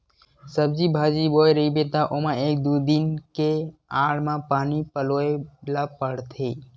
सब्जी बाजी बोए रहिबे त ओमा एक दू दिन के आड़ म पानी पलोए ल परथे